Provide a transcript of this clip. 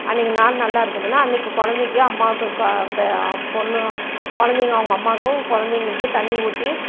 அன்றைக்கு நாள் நல்லா இருக்குதுனால் அன்றைக்கு குழந்தைக்கி அம்மாவுக்கு க பெ பொண்ணு குழந்தைங்க அவங்க அம்மாவுக்கும் குழந்தைங்களுக்கும் தண்ணி ஊற்றி